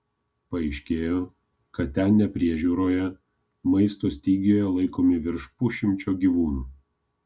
paaiškėjo kad ten nepriežiūroje maisto stygiuje laikomi virš pusšimčio gyvūnų